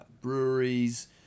breweries